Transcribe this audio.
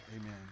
Amen